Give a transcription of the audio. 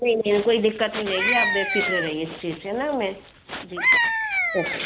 नहीं नहीं कोई दिक्कत नहीं रहेगी आप बेफिक्र रहिए इस चीज़ से ना मैं जी ओके